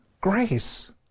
grace